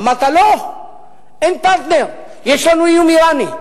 אמרת: לא, אין פרטנר, יש לנו איום אירני.